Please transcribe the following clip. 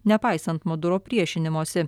nepaisant moduro priešinimosi